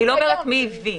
אני לא אומרת מי הביא.